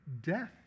death